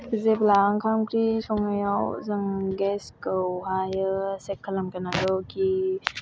जेब्ला ओंखाम ओंख्रि संनायाव जों गेसखौहाय चेक खालामग्रोनांगौ कि